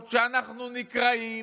ואז נפתח שורה חדשה.